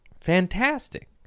Fantastic